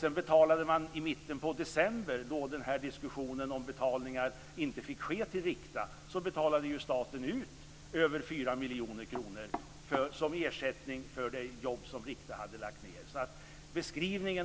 Sedan betalade staten i mitten av december, då den här diskussionen fördes om att betalningar inte fick ske till Rikta, över 4 miljoner kronor som ersättning för det jobb som Rikta hade lagt ned.